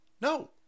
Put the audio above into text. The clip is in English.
No